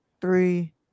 three